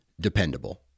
dependable